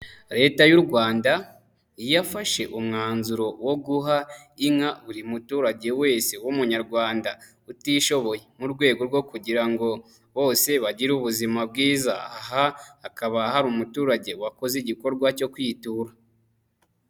Leta y'u rwanda yafashe umwanzuro wo guha inka buri muturage wese w'umunyarwanda utishoboye, mu rwego rwo kugira ngo bose bagire ubuzima bwiza, aha hakaba hari umuturage wakoze igikorwa cyo kwitura.